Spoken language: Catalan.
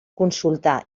consultar